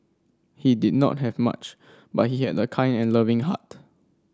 he did not have much but he had a kind and loving heart